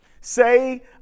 Say